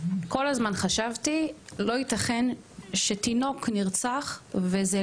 כל הזמן חשבתי, לא ייתכן שתינוק נרצח, ולא